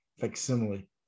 Facsimile